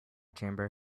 chamber